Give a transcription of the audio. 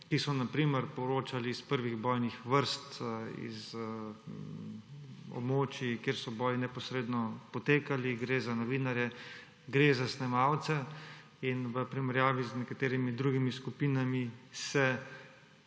ki so na primer poročali iz prvih bojnih vrst, z območij, kjer so boji neposredno potekali. Gre za novinarje, gre za snemalce in v primerjavi z nekaterimi drugimi skupinami se